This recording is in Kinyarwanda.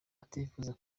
utifuza